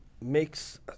makes